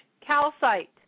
calcite